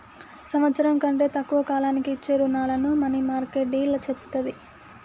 సంవత్సరం కంటే తక్కువ కాలానికి ఇచ్చే రుణాలను మనీమార్కెట్ డీల్ చేత్తది